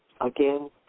again